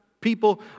people